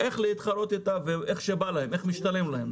להתחרות איתה איך שבא להם, איך שמשתלם להם.